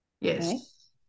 Yes